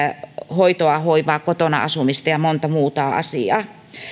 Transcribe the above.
hoitoa hoivaa kotona asumista ja monta muuta